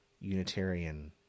Unitarian